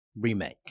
remake